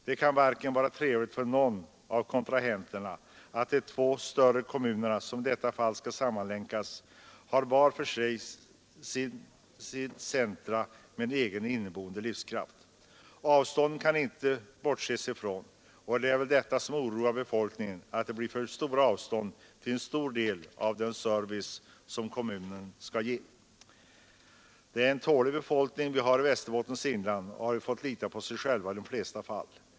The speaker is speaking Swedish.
Det kan inte vara trevligt för någon av kontrahenterna, och de två större kommuner som i detta fall skall sammanlänkas har var för sig centra med egen inneboende livskraft. Avstånden kan man inte bortse ifrån, och det som oroar befolkningen är väl att det blir för långa avstånd till en stor del av den service som kommunerna skall ge. Det är en tålig befolkning vi har i Västerbottens inland. Den har fått lita till sig själv i de flesta fall.